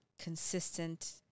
consistent